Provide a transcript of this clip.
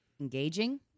Engaging